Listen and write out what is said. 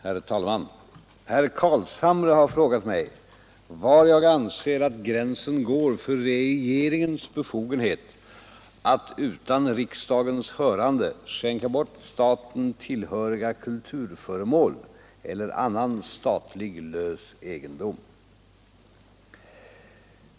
Herr talman! Herr Carlshamre har frågat mig var jag anser att gränsen går för regeringens befogenhet att utan riksdagens hörande skänka bort staten tillhöriga kulturföremål eller annan statlig lös egendom.